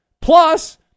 Plus